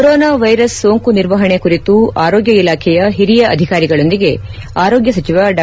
corona virus ಸೋಂಕು ನಿರ್ವಹಣೆ ಕುರಿತು ಆರೋಗ್ಯ ಇಲಾಖೆಯ ಹಿರಿಯ ಅಧಿಕಾರಿಗಳೊಂದಿಗೆ ಆರೋಗ್ಯ ಸಚಿವ ಡಾ